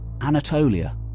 Anatolia